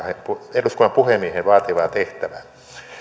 eduskunnan puhemiehen vaativaa tehtävää